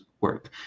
work